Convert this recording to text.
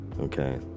okay